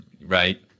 right